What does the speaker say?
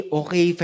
okay